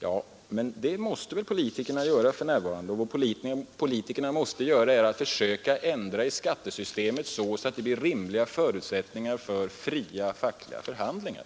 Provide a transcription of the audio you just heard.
Ja, men det måste väl politikerna göra för närvarande, och politikerna måste försöka ändra skattesystemet så att det blir rimliga förutsättningar för fria fackliga förhandlingar.